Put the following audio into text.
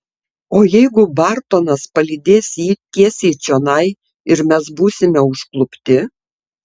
o jeigu bartonas palydės jį tiesiai čionai ir mes būsime užklupti